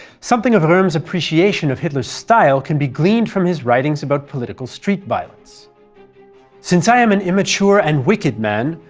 something of rohm's appreciation of hitler's style can be gleaned from his writings about political street violence since i am an immature and wicked man,